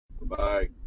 Bye